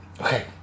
okay